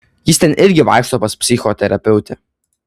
jis ten irgi vaikšto pas psichoterapeutę